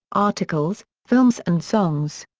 articles, films and songs.